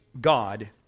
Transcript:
God